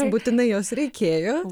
būtinai jos reikėjo